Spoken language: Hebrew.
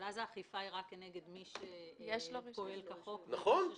אבל אז האכיפה היא רק כנגד מי שפועל כחוק ויש לו רישיון.